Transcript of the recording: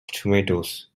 tomatoes